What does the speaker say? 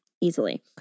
easily